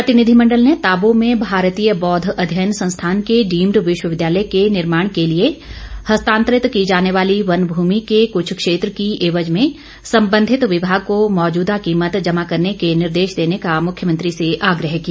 प्रतिनिधिमंडल ने ताबो में भारतीय बौद्ध अध्ययन संस्थान के डीम्ड विश्वविद्यालय के निर्माण के लिए हस्तांतरित की जाने वाली वन भूमि के क्छ क्षेत्र की एवज संबंधित विभाग को मौजूदा कीमत जमा करने के निर्देश देने का मुख्यमंत्री से आग्रह किया